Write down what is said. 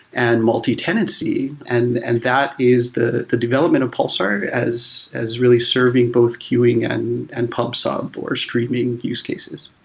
and multi-tenancy, and and that is the the development of pulsar as is really serving both queueing and and pub sub or streaming use cases